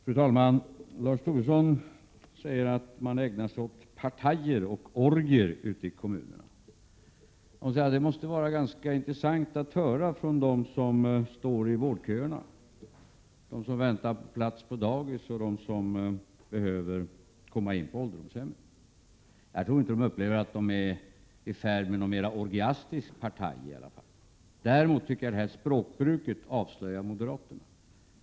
Fru talman! Lars Tobisson säger att man ägnar sig åt partajer och orgier ute i kommunerna. Det måste vara ganska intressant att höra för dem som står i vårdköerna, för dem som väntar på plats på dagis och för dem som behöver komma in på ålderdomshem. Jag tror inte att de upplever att de är i färd med något mer orgiastiskt partaj i varje fall. Däremot tycker jag att det här språkbruket avslöjar moderaterna.